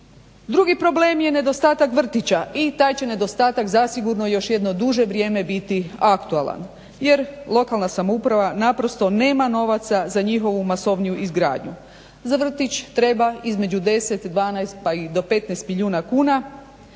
Drugi problem je nedostatak vrtića i taj nedostatak zasigurno još jedno duže vrijeme biti aktualan jer lokalna samouprava naprosto nema novaca za njihovu masovniju izgradnju. Za vrtić treba između 10, 12 pa i do 15 milijuna kuna,